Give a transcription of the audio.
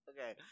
Okay